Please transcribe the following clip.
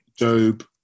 Job